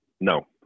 No